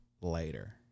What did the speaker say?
later